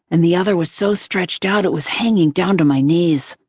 and the other was so stretched out it was hanging down to my knees.